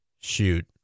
shoot